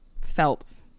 felt